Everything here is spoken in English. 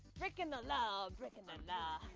breakin' the law. breakin' the law.